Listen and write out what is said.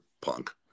punk